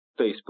Facebook